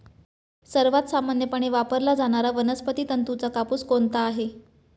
सर्वात सामान्यपणे वापरला जाणारा वनस्पती तंतूचा कापूस कोणता आहे?